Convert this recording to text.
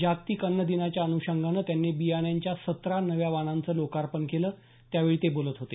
जागतिक अन्न दिनाच्या अन्शंगानं त्यांनी बियाणांच्या सतरा नव्या वाणांचं लोकार्पण केलं त्यावेळी ते बोलत होते